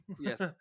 yes